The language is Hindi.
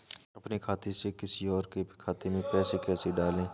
अपने खाते से किसी और के खाते में पैसे कैसे डालें?